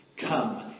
come